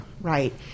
right